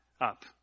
up